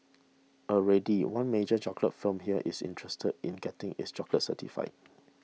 already one major chocolate firm here is interested in getting its chocolates certified